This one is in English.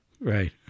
Right